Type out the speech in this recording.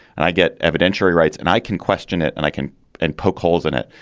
and i get evidentiary rights and i can question it and i can and poke holes in it.